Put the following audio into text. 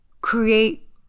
create